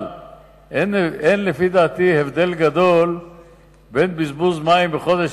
אבל אין לפי דעתי הבדל גדול בין בזבוז מים בחודש